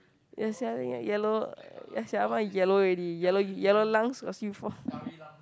ya sia I think get yellow ya sia mine yellow already yellow yellow lungs got see before